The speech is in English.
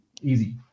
Easy